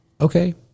Okay